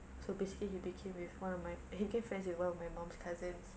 so basically he became with one of my he became friends with one of my mum's cousins